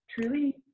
truly